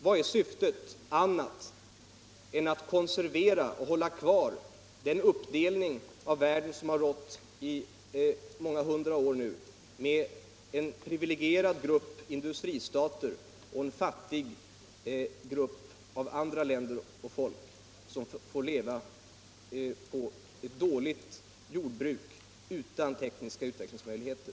Vad är syftet annat än att konservera den uppdelning av världen som har rått i många hundra år, med en privilegierad grupp industristater och en fattig grupp av andra länder och folk, som får leva på ett dåligt jordbruk utan tekniska utvecklingsmöjligheter?